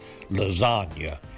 lasagna